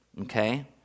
Okay